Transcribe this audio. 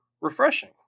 refreshing